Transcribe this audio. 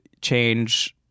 change